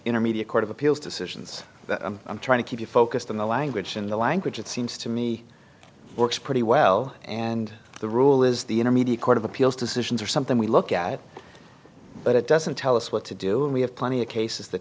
intermediate court of appeals decisions i'm trying to keep you focused on the language in the language it seems to me works pretty well and the rule is the intermediate court of appeals decisions are something we look at but it doesn't tell us what to do and we have plenty of cases th